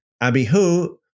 Abihu